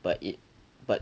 but it but